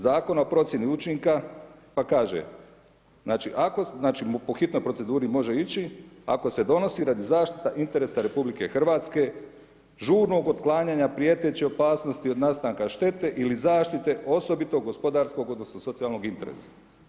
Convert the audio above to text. Zakona o procjeni učinka, pa kaže, znači, po hitnoj proceduri može ići, ako se donosi radi zaštite interesa RH, žurnog otklanjanja prijeteće opasnosti od nastanka štete ili zaštite osobitog gospodarskog odnosno, socijalnog interesa.